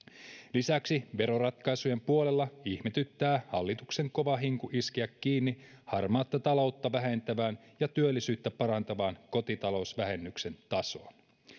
lisäksi veroratkaisujen puolella ihmetyttää hallituksen kova hinku iskeä kiinni harmaata taloutta vähentävän ja työllisyyttä parantavan kotitalousvähennyksen tasoon